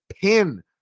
pin